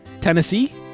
Tennessee